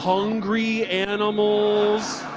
hungry animals.